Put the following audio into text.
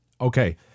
okay